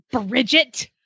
Bridget